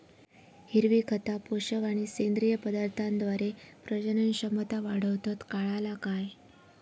हिरवी खता, पोषक आणि सेंद्रिय पदार्थांद्वारे प्रजनन क्षमता वाढवतत, काळाला काय?